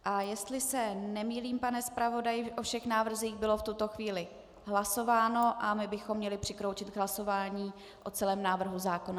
A jestli se nemýlím, pane zpravodaji, o všech návrzích bylo v tuto chvíli hlasováno a my bychom měli přikročit k hlasování o celém návrhu zákona.